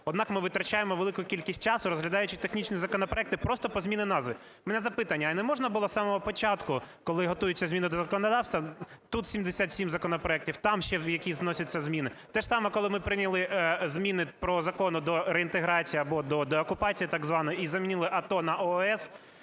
Однак ми витрачаємо велику кількість часу, розглядаючи технічні законопроекти, просто по зміні назви. В мене запитання: а не можна було з самого початку, коли готуються зміни до законодавства, тут 77 законопроектів, там ще в якісь вносяться зміни… Те ж саме, коли ми прийняли зміни до Закону про реінтеграцію або деокупацію так звану і замінили АТО на ООС